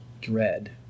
dread